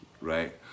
right